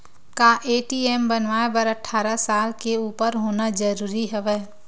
का ए.टी.एम बनवाय बर अट्ठारह साल के उपर होना जरूरी हवय?